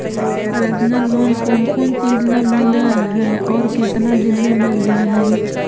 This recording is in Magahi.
पर्सनल लोन कोन कोन चिज ल मिल है और केतना दिन में मिल जा है?